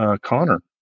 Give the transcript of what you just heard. Connor